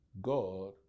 God